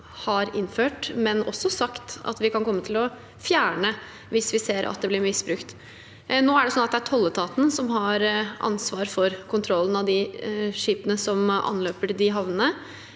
har innført, men også sagt at vi kan komme til å fjerne hvis vi ser at det blir misbrukt. Det er tolletaten som har ansvaret for kontrollen av skipene som anløper de havnene.